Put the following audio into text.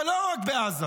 אבל רק בעזה,